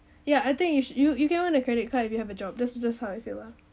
ya I think you should you can own a credit card if you have a job that's just how I feel lah